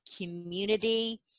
community